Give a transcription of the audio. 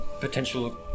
potential